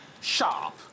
Sharp